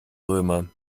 römer